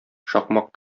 шакмак